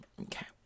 Okay